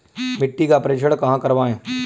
मिट्टी का परीक्षण कहाँ करवाएँ?